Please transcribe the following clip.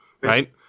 right